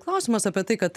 klausimas apie tai kad